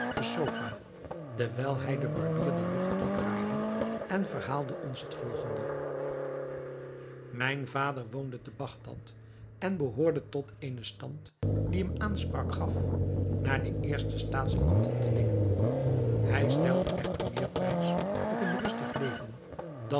de sofa terwijl hij den barbier den rug toedraaide en verhaalde ons het volgende mijn vader woonde te bagdad en behoorde tot eenen stand die hem aanspraak gaf naar de eerste staatsambten te dingen hij stelde echter meer prijs op een rustig leven dan